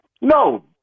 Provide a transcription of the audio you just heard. No